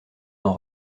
d’en